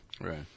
Right